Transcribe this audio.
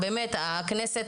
הכנסת,